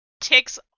ticks